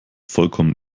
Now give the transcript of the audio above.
vollkommen